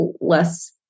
less